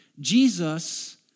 Jesus